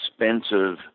Expensive